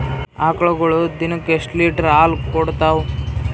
ಆಕಳುಗೊಳು ದಿನಕ್ಕ ಎಷ್ಟ ಲೀಟರ್ ಹಾಲ ಕುಡತಾವ?